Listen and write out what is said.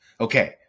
Okay